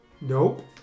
Nope